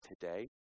today